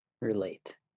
relate